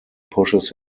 pushes